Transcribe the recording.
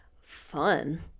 fun